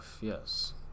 yes